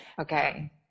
Okay